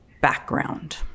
background